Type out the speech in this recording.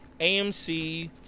AMC